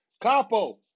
Capo